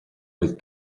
with